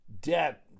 debt